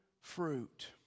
fruit